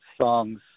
songs